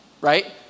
right